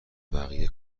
بقیه